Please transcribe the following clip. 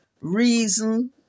reason